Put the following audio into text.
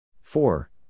Four